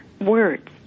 words